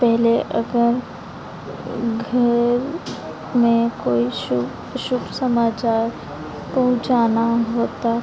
पहले अगर घर में कोई शुभ अशुभ समाचार पहुँचाना होता